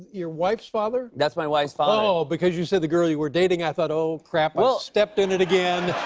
your wife's father? that's my wife's father. oh, because you said the girl you were dating. i thought, oh, crap, i've stepped in it again.